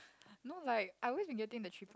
no like I've always been getting the three points